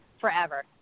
forever